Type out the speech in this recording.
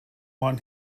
want